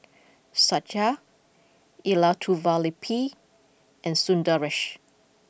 Satya Elattuvalapil and Sundaresh